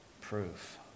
proof